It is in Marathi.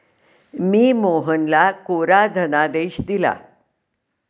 मी मोहनला कोरा धनादेश दिला